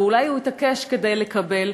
ואולי הוא התעקש כדי לקבל,